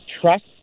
trust